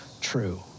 true